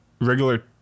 regular